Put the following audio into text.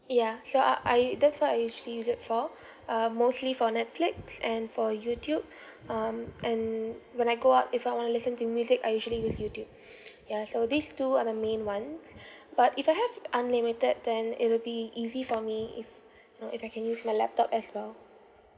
yeah so I I that's what I usually use it for um mostly for netflix and for youtube um and when I go out if I want to listen to music I usually use youtube ya so these two are the main ones but if I have unlimited then it will be easy for me if you know if I can use my laptop as well